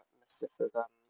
mysticism